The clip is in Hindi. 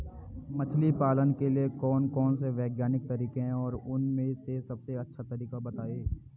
मछली पालन के लिए कौन कौन से वैज्ञानिक तरीके हैं और उन में से सबसे अच्छा तरीका बतायें?